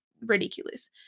ridiculous